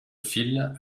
file